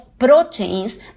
proteins